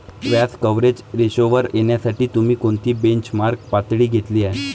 व्याज कव्हरेज रेशोवर येण्यासाठी तुम्ही कोणती बेंचमार्क पातळी घेतली आहे?